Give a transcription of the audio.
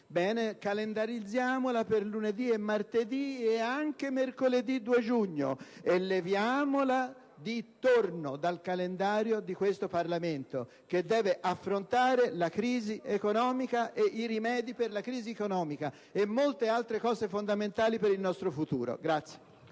forense, calendarizziamola per lunedì, martedì e anche mercoledì 2 giugno e leviamola dal calendario di questo Senato che deve affrontare la crisi economica, i rimedi per la crisi e molte altre cose fondamentali per il nostro futuro.